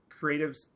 creatives